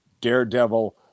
daredevil